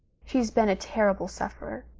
she's been a terrible sufferer,